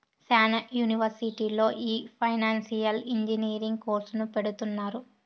శ్యానా యూనివర్సిటీల్లో ఈ ఫైనాన్సియల్ ఇంజనీరింగ్ కోర్సును పెడుతున్నారు